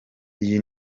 iyi